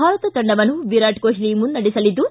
ಭಾರತ ತಂಡವನ್ನು ವಿರಾಟ್ ಕೊಟ್ಲಿ ಮುನ್ನೆಡೆಸಲಿದ್ದು